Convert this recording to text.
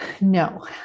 No